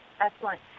excellent